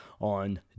on